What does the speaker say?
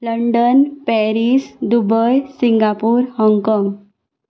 London Paris Dubai Singapore Hong Kong